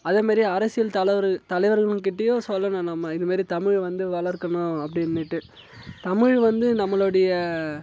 அதேமாரி அரசியல் தலைவர் தலைவர்கள்கிட்டையும் சொல்லணும் நம்ம இதுமாரி தமிழ் வந்து வளர்க்கணும் அப்படின்னுட்டு தமிழ் வந்து நம்மளுடைய